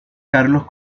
carlos